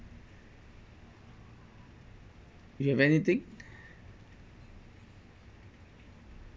you have anything